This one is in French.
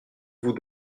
vous